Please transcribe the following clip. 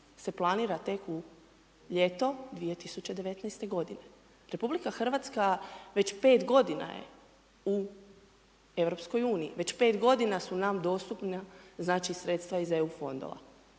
se planira tek u ljeto 2019. godine. Republika Hrvatska već 5 godina je u Europskoj uniji, već 5 godina su nam dostupna znači sredstva iz EU fondova.